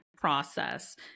process